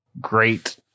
great